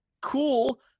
cool